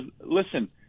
listen